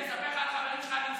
אני אספר לך על חברים שלך,